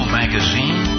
magazine